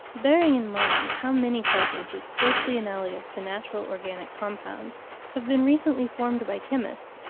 bearing in mind how many substances closely analogous to natural organic compounds have been recently formed by chemists,